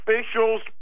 officials